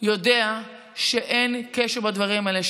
יודע שאין קשר בין הדברים האלה,